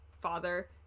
father